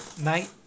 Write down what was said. Night